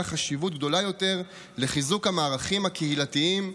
חשיבות גדולה יותר לחיזוק המערכים הקהילתיים,